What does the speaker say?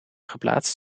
geplaatst